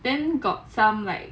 then got some like